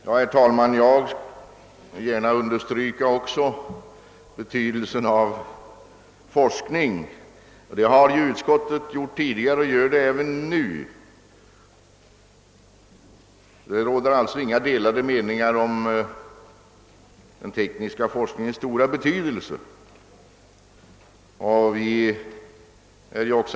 Herr talman! Jag vill också gärna understryka betydelsen av forskning. Utskottet har för sin del tidigare och även nu framhållit betydelsen härav, och det råder således inga delade meningar om den tekniska forskningens stora betydelse.